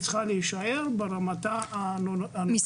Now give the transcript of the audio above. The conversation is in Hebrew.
צריכה להישאר ברמת ה --- אתם שוקלים להוריד אותה?